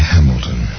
Hamilton